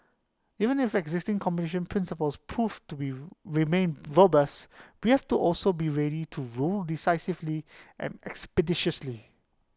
even if existing competition principles prove to remain robust we have to also be ready to rule decisively and expeditiously